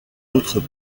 autres